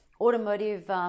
automotive